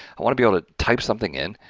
i want to be able to type something in,